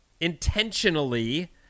intentionally